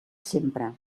sempre